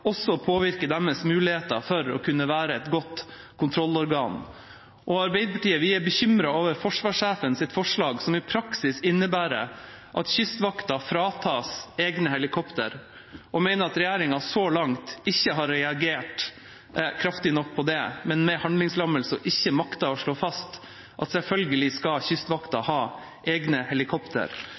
også påvirker deres muligheter til å kunne være et godt kontrollorgan. Arbeiderpartiet er bekymret over forsvarssjefens forslag, som i praksis innebærer at Kystvakta fratas egne helikoptre, og mener at regjeringa så langt ikke har reagert kraftig nok på det, snarere med handlingslammelse, og ikke maktet å slå fast at Kystvakta selvfølgelig skal ha egne